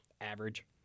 Average